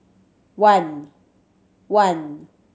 one